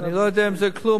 אני לא יודע אם זה כלום,